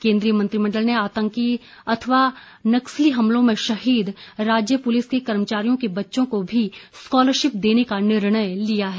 केन्द्रीय मंत्रिमण्डल ने आतंकी अथवा नक्सली हमलों में शहीद राज्य पुलिस के कर्मचारियों के बच्चों को भी स्कॉलरशिप देने का निर्णय लिया है